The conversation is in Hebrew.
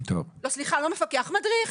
לא מפקח מדריך.